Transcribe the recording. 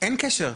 אין קשר.